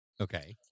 Okay